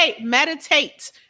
meditate